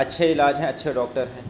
اچھے علاج ہیں اچھے ڈاکٹر ہیں